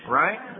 right